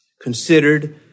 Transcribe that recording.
considered